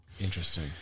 Interesting